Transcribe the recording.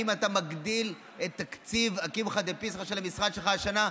אם אתה מגדיל את תקציב הקמחא דפסחא של המשרד שלך השנה.